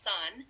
Sun